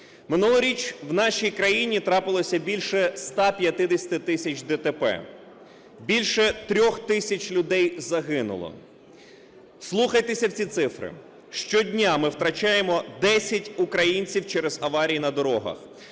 Минулоріч в нашій країні трапилося більше 150 тисяч ДТП, більше 3 тисяч людей загинуло, вслухайтеся в ці цифри, щодня ми втрачаємо 10 українців через аварії на дорогах.